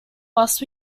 must